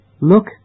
Look